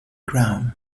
ground